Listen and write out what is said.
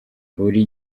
buri